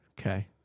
Okay